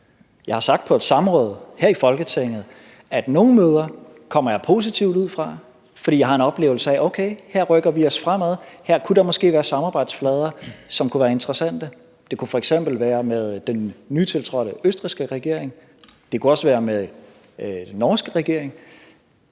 Jeg har sagt på et samråd her i Folketinget, at nogle møder kommer jeg positiv ud fra, fordi jeg har en oplevelse af: Okay, her rykker vi os fremad, og her kunne der måske være samarbejdsflader, som kunne være interessante. Det kunne f.eks. være med den nytiltrådte østrigske regering. Det kunne også være med den norske regering.